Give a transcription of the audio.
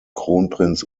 kronprinz